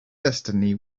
destiny